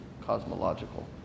cosmological